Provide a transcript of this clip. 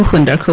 and